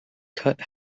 cut